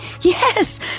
Yes